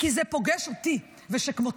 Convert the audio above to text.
כי זה פוגש אותי ושכמותי,